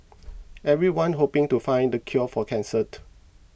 everyone's hoping to find the cure for cancer to